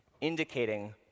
indicating